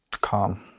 calm